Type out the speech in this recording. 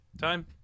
time